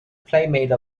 playmate